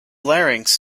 larynx